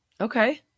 okay